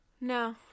No